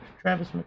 Travis